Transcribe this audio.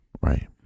Right